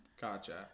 Gotcha